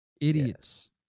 Idiots